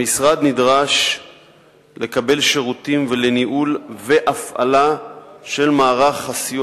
המשרד נדרש לקבל שירותים לניהול והפעלה של מערך הסיוע